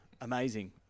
amazing